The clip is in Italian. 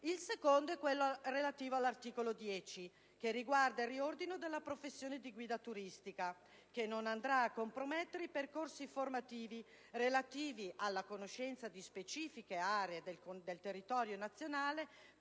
Il secondo è quello relativo all'articolo 10 che riguarda il riordino della professione di guida turistica che non andrà a compromettere i percorsi formativi relativi alla conoscenza di specifiche aree del territorio nazionale